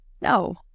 No